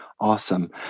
Awesome